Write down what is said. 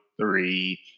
three